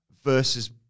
versus